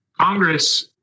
Congress